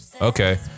Okay